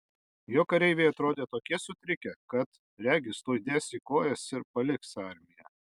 jo kareiviai atrodė tokie sutrikę kad regis tuoj dės į kojas ir paliks armiją